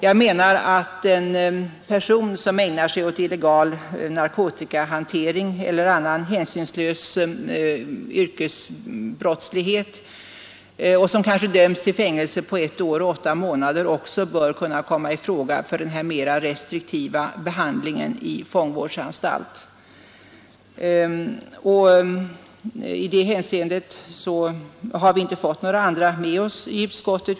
Jag menar att en person som ägnar sig åt illegal narkotikahantering eller annan hänsynslös yrkesbrottslighet och som kanske dömts till fängelse på ett år och åtta månader också bör kunna komma i fråga för denna restriktiva behandling på fångvårdsanstalt. I det hänseendet har vi inte fått med oss några andra ledamöter i utskottet.